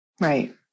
Right